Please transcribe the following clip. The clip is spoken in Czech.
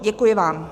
Děkuji vám.